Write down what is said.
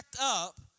up